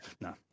No